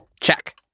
Check